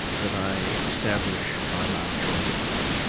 that i establish by my choices.